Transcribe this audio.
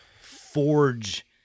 forge